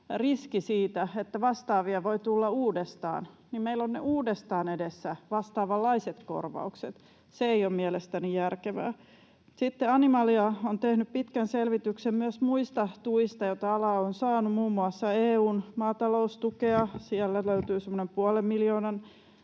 että vastaavia voi tulla uudestaan, niin meillä on uudestaan edessä vastaavanlaiset korvaukset. Se ei ole mielestäni järkevää. Sitten Animalia on tehnyt pitkän selvityksen myös muista tuista, joita ala on saanut. Muun muassa EU:n maataloustukea löytyy semmoinen puolen miljoonan